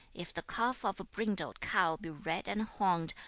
if the calf of a brindled cow be red and horned,